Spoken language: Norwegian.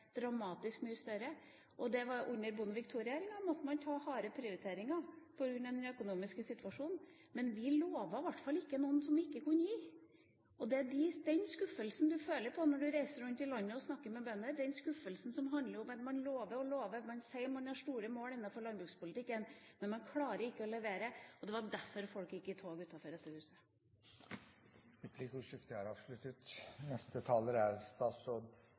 dramatisk mye større. Under Bondevik II-regjeringa måtte man gjøre harde prioriteringer på grunn av den økonomiske situasjonen, men vi lovet i hvert fall ikke noe som vi ikke kunne gi. Det er den skuffelsen man føler på når man reiser rundt i landet og snakker med bønder – den skuffelsen som handler om at man lover og lover. Man sier man har store mål for landbrukspolitikken, men man klarer ikke å levere, og det var derfor folk gikk i tog utenfor dette huset. Replikkordskiftet er omme. Jeg vil starte dette innlegget med å si at jeg er